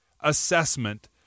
assessment